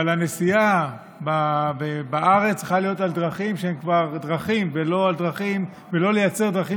אבל הנסיעה בארץ צריכה להיות על דרכים ולא לייצר דרכים